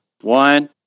One